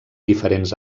diferents